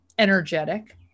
energetic